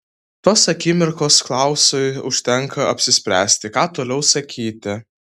tos akimirkos klausui užtenka apsispręsti ką toliau sakyti